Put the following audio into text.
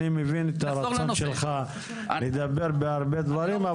אני מבין את הרצון שלך לדבר על הרבה דברים,